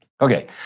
Okay